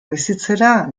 bizitzera